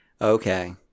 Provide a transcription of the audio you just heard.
Okay